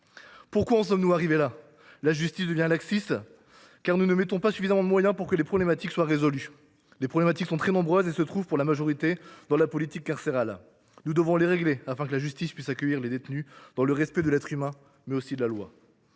Pourquoi en sommes nous arrivés là ? La justice devient laxiste, parce que nous ne mobilisons pas suffisamment de moyens pour que les problèmes soient résolus. Ces derniers sont très nombreux et concernent principalement la politique carcérale. Nous devons les régler, afin que la justice puisse accueillir les détenus dans le respect de l’être humain, mais aussi de la loi.